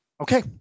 Okay